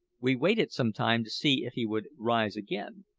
we waited some time to see if he would rise again.